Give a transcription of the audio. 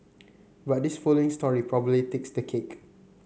but this following story probably takes the cake